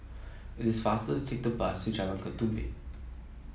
it is faster to take the bus to Jalan Ketumbit